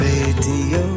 Radio